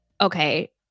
Okay